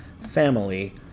family